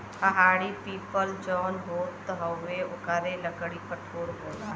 पहाड़ी पीपल जौन होत हउवे ओकरो लकड़ी कठोर होला